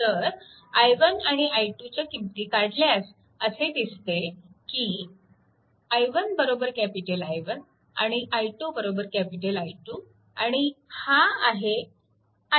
तर i1 आणि i2 च्या किंमती काढल्यास असे दिसते की i1 I1 आणि i2 I2 आणि हा आहे i3